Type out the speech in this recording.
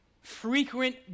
Frequent